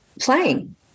playing